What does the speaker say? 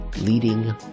leading